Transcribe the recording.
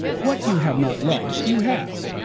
what you have not lost, you have,